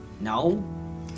No